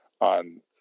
on